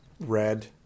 Red